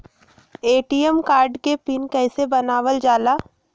ATM card के PIN कैसे बनावल जाला?